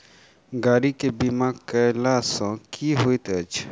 गाड़ी केँ बीमा कैला सँ की होइत अछि?